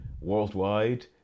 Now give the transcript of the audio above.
worldwide